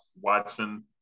watching